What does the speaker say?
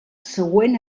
següent